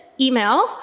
email